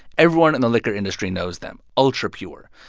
everyone in the liquor industry knows them ultra pure.